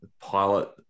pilot